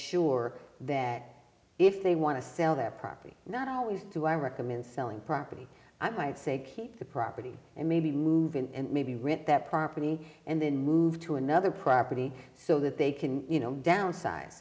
sure that if they want to sell their property not always do i recommend selling property i might say keep the property and maybe move in and maybe rent that property and then move to another property so that they can you know downsi